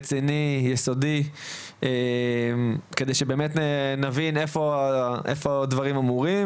רציני ויסודי כדי שנבין איפה הדברים אמורים.